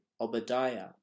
Obadiah